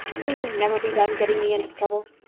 will you never be done getting me into trouble?